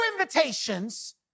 invitations